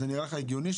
זה נראה לך הגיוני?